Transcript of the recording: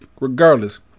regardless